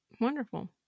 wonderful